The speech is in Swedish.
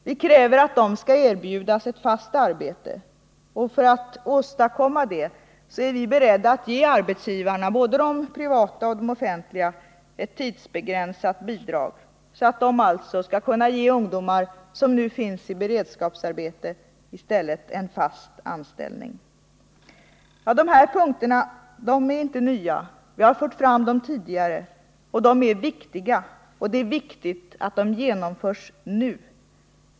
Vi kräver att de skall erbjudas ett fast arbete. För att åstadkomma detta är vi beredda att ge arbetsgivarna, både de privata och de offentliga, ett tidsbegränsat bidrag så att de alltså skall kunna ge ungdomar som nu finns i beredskapsarbete en fast anställning i stället. De här punkterna är inte nya, vi har fört fram dem tidigare. Det är viktiga punkter, och det är viktigt att de genomförs nu.